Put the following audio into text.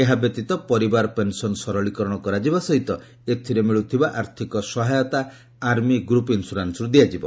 ଏହା ବ୍ୟତୀତ ପରିବାର ପେନ୍ସନ୍ ସରଳୀକରଣ କରାଯିବା ସହିତ ଏଥିରେ ମିଳୁଥିବା ଆର୍ଥିକ ସହାୟତା ଆର୍ମି ଗ୍ରୁପ୍ ଇନ୍ସରାନ୍ସରୁ ଦିଆଯିବ